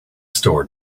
store